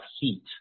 heat